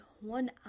one